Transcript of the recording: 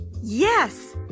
yes